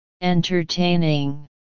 Entertaining